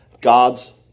God's